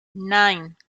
nine